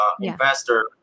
investor